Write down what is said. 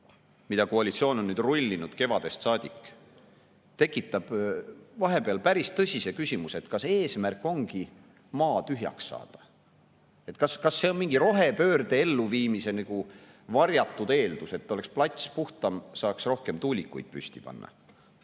mida koalitsioon on nüüd rullinud kevadest saadik, tekitab päris tõsise küsimuse, et kas eesmärk ongi maa tühjaks saada. Kas see on nagu mingi rohepöörde elluviimise varjatud eeldus, et oleks plats puhtam, saaks rohkem tuulikuid püsti panna?